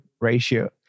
ratio